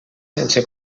sense